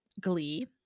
Glee